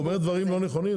הוא אומר דברים לא נכונים?